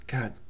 God